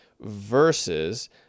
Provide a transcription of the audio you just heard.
versus